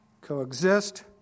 coexist